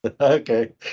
Okay